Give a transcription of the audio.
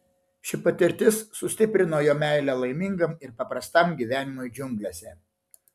ši patirtis sustiprino jo meilę laimingam ir paprastam gyvenimui džiunglėse